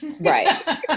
Right